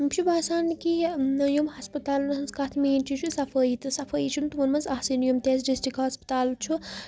مےٚ چھُ باسان کہ یہِ یِم ہسپَتالن ہنٛز کَتھ مین چیز چھُ صفٲیی تہٕ صفٲیی چھنہٕ تِمن منٛز آسٲنی یِم تہِ اَسہِ ڈسٹرک ہسپتال چھُ